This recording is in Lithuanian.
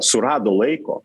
surado laiko